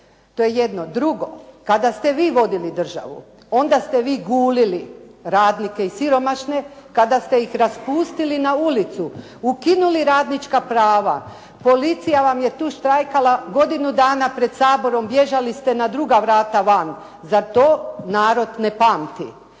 To je jedno. Drugo. Kada ste vi vodili državu onda ste vi gulili radnike i siromašne kada ste ih raspustili na ulicu, ukinula radnička prava. Policija vam je tu štrajkala godinu dana pred Saborom bježali ste na druga vrata van. Zar to narod ne pamti?